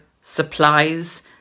supplies